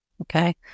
okay